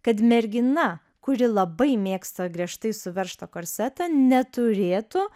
kad mergina kuri labai mėgsta griežtai suveržtą korsetą neturėtų